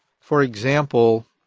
for example,